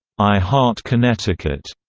i heart connecticut,